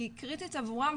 היא קריטית עבורם,